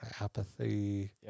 apathy